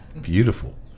Beautiful